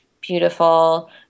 beautiful